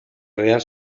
real